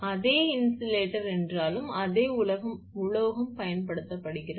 அதே இன்சுலேட்டர் என்றாலும் அதே உலோகம் பயன்படுத்தப்படுகிறது